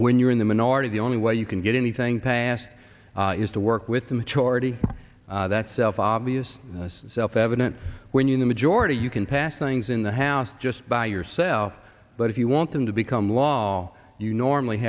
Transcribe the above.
when you're in the minority the only way you can get anything passed is to work with the majority that self obvious self evident when you are the majority you can pass things in the house just by yourself but if you want them to become law all you normally